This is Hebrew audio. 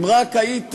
אם רק היית,